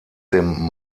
dem